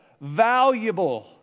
valuable